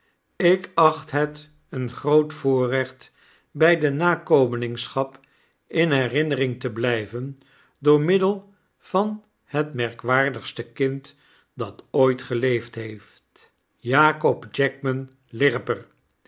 ik acht het een groot voorrecht by de nakomelingschap in herinnering te blyven door middel van het merkwaardigste kind dat ooit geleefd heeft jakob jackman lirriper